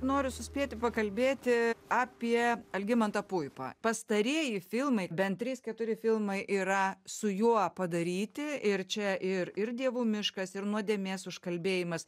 noriu suspėti pakalbėti apie algimantą puipą pastarieji filmai bent trys keturi filmai yra su juo padaryti ir čia ir ir dievų miškas ir nuodėmės užkalbėjimas